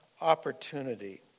opportunity